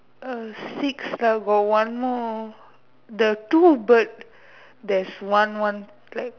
uh six uh got one more the two bird there's one one like